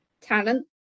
talent